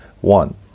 One